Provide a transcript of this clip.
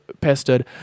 pestered